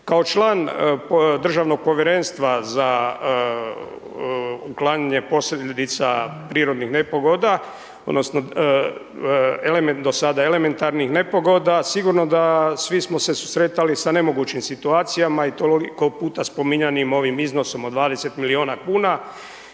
Kao član Državnog povjerenstva za uklanjanje posljedica prirodnih nepogoda, odnosno do sada elementarnih nepogoda, sigurno da svi smo se susretali sa nemogućim situacijama i toliko puta spominjanim ovim iznosom od 20 milijuna kuna